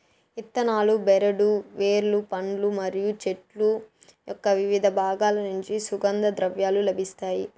ఇత్తనాలు, బెరడు, వేర్లు, పండ్లు మరియు చెట్టు యొక్కవివిధ బాగాల నుంచి సుగంధ ద్రవ్యాలు లభిస్తాయి